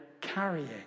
carrying